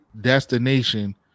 destination